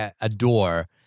adore